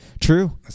True